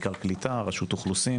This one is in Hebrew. בעיקר משרד העלייה והקליטה ורשות האוכלוסין